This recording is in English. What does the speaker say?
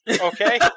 Okay